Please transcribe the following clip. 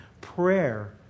prayer